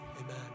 Amen